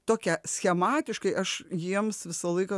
tokia schematiškai aš jiems visą laiką